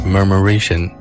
Murmuration 》 ，